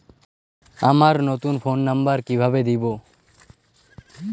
আমার নতুন phone number কিভাবে দিবো?